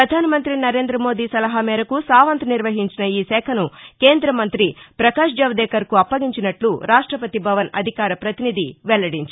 ప్రధానమంతి నరేందమోదీ సలహా మేరకు సావంత్ నిర్వహించిన ఈ శాఖను కేందమంతి ప్రకాష్ జవదేకర్కు అప్పగించినట్లు రాష్టపతి భవన్ అధికార పతినిధి వెల్లడించారు